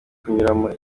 kunyuramo